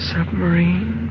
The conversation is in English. Submarine